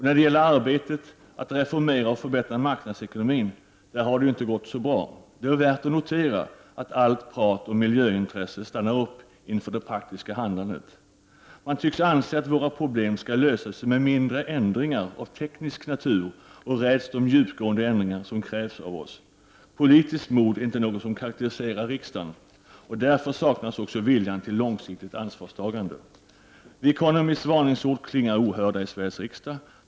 När det gäller arbetet att reformera och förbättra marknadsekonomin har det inte gått så bra. Det är värt att notera att allt prat om miljöintresse stannar upp inför det praktiska handlandet. Man tycks anse att våra problem skall lösas med mindre ändringar av teknisk natur och räds de djupgående ändringar som krävs av oss. Politiskt mod är inte något som karakteriserar riksdagen, och därmed saknas också viljan till långsiktigt ansvarstagande. The Economists varningsord klingar ohörda i Sveriges riksdag.